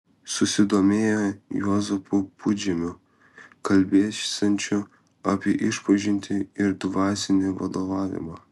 susidomėjo juozapu pudžemiu kalbėsiančiu apie išpažintį ir dvasinį vadovavimą